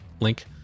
link